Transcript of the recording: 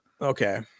Okay